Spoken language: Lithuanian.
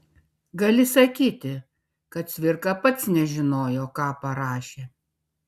gali sakyti kad cvirka pats nežinojo ką parašė